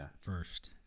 first